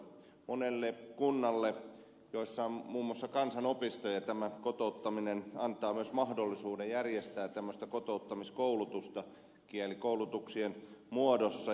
monille kunnille joissa on muun muassa kansanopistoja tämä kotouttaminen antaa myös mahdollisuuden järjestää kotouttamiskoulutusta kielikoulutuksien muodossa